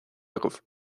agaibh